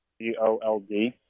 G-O-L-D